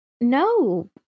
No